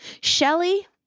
Shelley